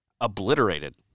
obliterated